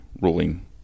ruling